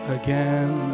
again